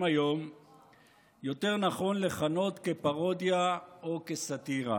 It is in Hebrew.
היום יותר נכון לכנות פרודיה או סאטירה.